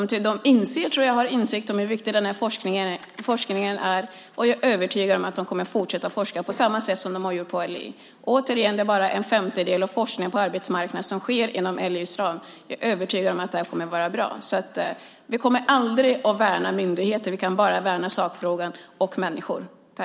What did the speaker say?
Jag tror att de har insikt om hur viktig den här forskningen är, och jag är övertygad om att de kommer att fortsätta att forska på samma sätt som de gjort vid ALI. Återigen: Det är bara en femtedel av forskningen på arbetsmarknaden som sker inom ALI:s ram. Jag är övertygad om att detta kommer att gå bra. Vi kommer aldrig att värna myndigheter. Vi kan bara värna sakfrågan och människorna.